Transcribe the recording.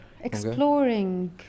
exploring